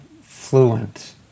fluent